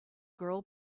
girl